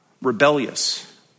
rebellious